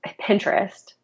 Pinterest